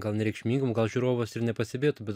gal nereikšmingom gal žiūrovas ir nepastebėtų bet